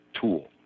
tool